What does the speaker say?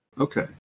Okay